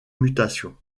mutations